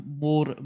more